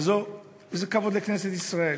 וזה כבוד לכנסת ישראל.